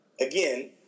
again